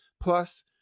Plus